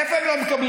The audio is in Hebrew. איפה הם לא מקבלים?